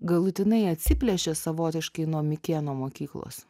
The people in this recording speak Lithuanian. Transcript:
galutinai atsiplėšė savotiškai nuo mikėno mokyklos